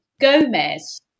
Gomez